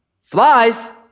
flies